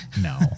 no